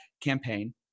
campaign